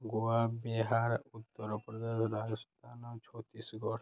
Goa Bihar Uttar Pradesh Rajasthan Chhattisgarh